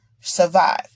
survive